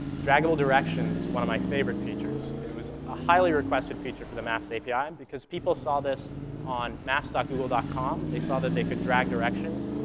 draggable directions is one of my favorite features. it was a highly requested feature for the maps api, um because people saw this on maps ah google com. they saw that they could drag directions,